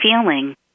feeling